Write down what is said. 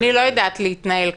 אני לא יודעת להתנהל ככה.